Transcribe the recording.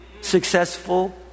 successful